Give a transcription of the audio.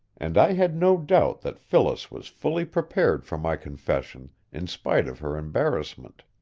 and i had no doubt that phyllis was fully prepared for my confession in spite of her embarrassment.